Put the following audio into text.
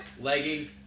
leggings